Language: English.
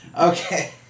Okay